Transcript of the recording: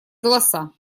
голоса